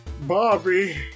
Bobby